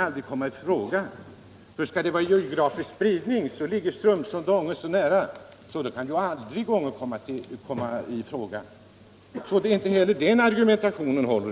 aldrig kan komma i fråga, eftersom Strömsund och Ånge ligger så nära varandra. Inte heller den argumentationen håller.